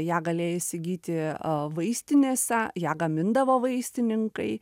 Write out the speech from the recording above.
ją galėjai įsigyti vaistinėse ją gamindavo vaistininkai